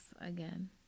again